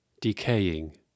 decaying